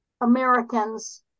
americans